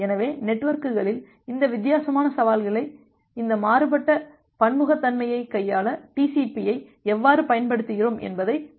எனவே நெட்வொர்க்குகளில் இந்த வித்தியாசமான சவால்களை இந்த மாறுபட்ட பன்முகத்தன்மையைக் கையாள டிசிபி ஐ எவ்வாறு பயன்படுத்துகிறோம் என்பதைப் பார்ப்போம்